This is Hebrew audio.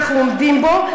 אנחנו עומדים בו.